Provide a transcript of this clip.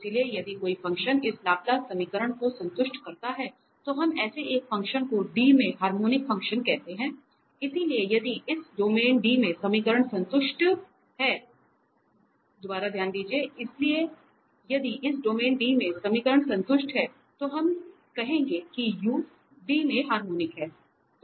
इसलिए यदि कोई फंक्शन इस लाप्लास समीकरण को संतुष्ट करता है तो हम ऐसे एक फ़ंक्शन को D में हार्मोनिक फंक्शन कहते हैं इसलिए यदि इस डोमेन D में समीकरण संतुष्ट है तो हम कहेंगे कि u D में हार्मोनिक है